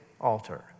altar